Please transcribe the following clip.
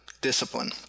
discipline